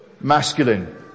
masculine